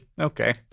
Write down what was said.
Okay